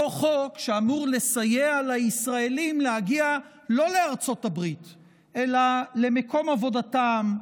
אותו חוק שאמור לסייע לישראלים להגיע לא לארצות הברית אלא למקום עבודתם,